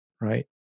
right